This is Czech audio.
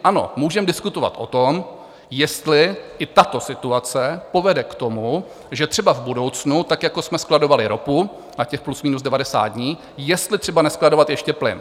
Ano, můžeme diskutovat o tom, jestli i tato situace povede k tomu, že třeba v budoucnu, tak jako jsme skladovali ropu těch plus minus 90 dní, jestli třeba neskladovat ještě plyn.